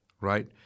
right